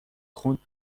خون